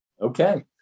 Okay